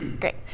Great